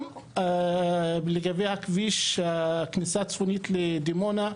גם לגבי כביש הכניסה הצפונית לדימונה,